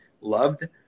loved